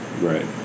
Right